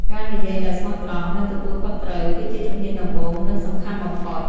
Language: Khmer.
ការនិយាយដោយស្មោះត្រង់ និងទទួលខុសត្រូវ គឺជាជំហានដំបូង និងសំខាន់បំផុត។